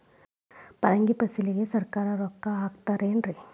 ಪರಂಗಿ ಫಸಲಿಗೆ ಸರಕಾರ ರೊಕ್ಕ ಹಾಕತಾರ ಏನ್ರಿ?